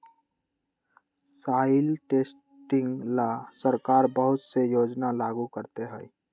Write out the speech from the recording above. soil testing ला सरकार बहुत से योजना लागू करते हई